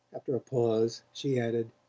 after a pause she added